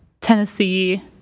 Tennessee